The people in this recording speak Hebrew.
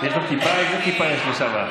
איזו כיפה יש לו שם?